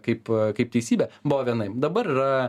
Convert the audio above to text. kaip kaip teisybė buvo vienaip dabar yra